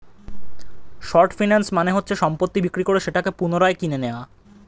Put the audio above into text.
short finance মানে হচ্ছে সম্পত্তি বিক্রি করে সেটাকে পুনরায় কিনে নেয়া